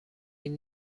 این